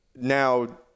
now